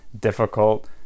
difficult